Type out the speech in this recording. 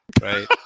right